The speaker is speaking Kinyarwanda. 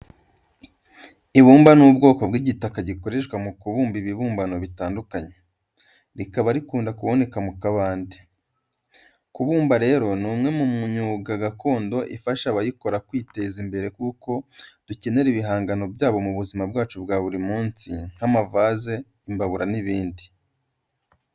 Ibumba ni ubwoko bw'igitaka gikoreshwa mu kubumba ibihangano bitandukanye, rikaba rikunda kuboneka mu kabande. Kubumba rero ni umwe mu myuga gakondo ifasha abayikora kwiteza imbere kuko dukenera ibihangano byabo mu buzima bwacu bwa buri munsi nk'amavaze, imbabura n'ibindi.